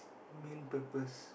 main purpose